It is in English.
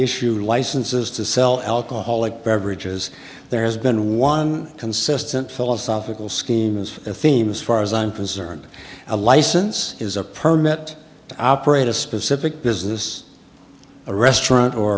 issue licenses to sell alcoholic beverages there has been one consistent philosophical scheme is a theme as far as i'm concerned a license is a permit to operate a specific business a restaurant or